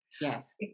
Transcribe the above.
Yes